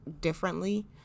differently